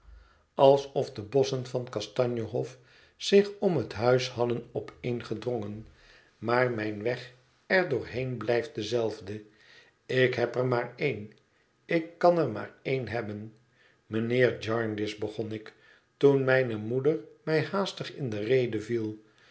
alsof de bosschen van kastanje hof zich om het huis hadden opeengedrongen maar mijn weg er doorheen blijft dezelfde ik heb er maar een ik kan er maar een hebben mijnheer jarndyce begon ik toen mijne moeder mij haastig in de rede viel